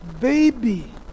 baby